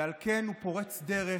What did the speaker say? ועל כן הוא פורץ דרך,